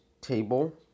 table